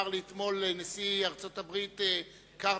אמר לי אתמול נשיא ארצות-הברית קרטר: